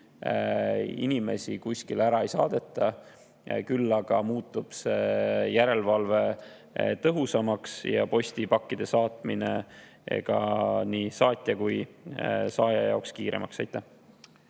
Inimesi kuskile ära ei saadeta. Küll aga muutub järelevalve tõhusamaks ja postipakkide saatmine nii saatja kui ka saaja jaoks kiiremaks. Aitäh!